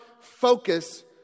focus